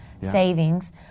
savings